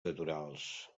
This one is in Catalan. naturals